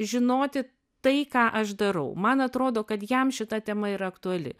žinoti tai ką aš darau man atrodo kad jam šita tema yra aktuali